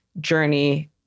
journey